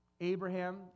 Abraham